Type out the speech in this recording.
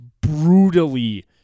brutally